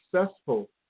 successful